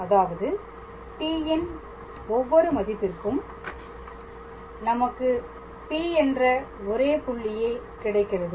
அதாவது t ன் ஒவ்வொரு மதிப்பிற்கும் நமக்கு P என்ற ஒரே புள்ளியே கிடைக்கிறது